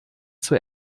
zur